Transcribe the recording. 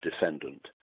defendant